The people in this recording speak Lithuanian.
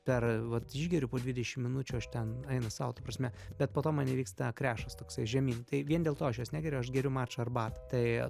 per vat išgeriu po dvidešim minučių aš ten eina sau ta prasme bet po to man įvyksta krešas toksai žemyn tai vien dėl to aš jos negeriu aš geriu mačą arbatą